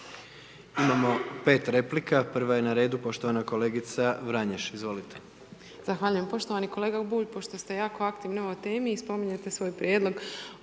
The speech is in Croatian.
Imamo 5 replika. Prva je na redu poštovana kolegica Vranješ, izvolite.